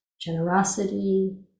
generosity